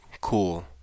cool